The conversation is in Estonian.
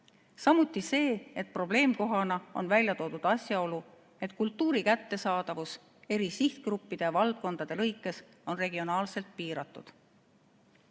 ning probleemkohana on välja toodud asjaolu, et kultuuri kättesaadavus eri sihtgruppide ja valdkondade seas on regionaalselt piiratud.